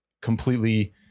completely